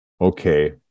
okay